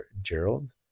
Gerald